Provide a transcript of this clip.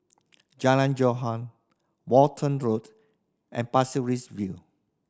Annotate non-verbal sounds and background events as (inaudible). Jalan (unintelligible) Walton Road and Pasir Ris View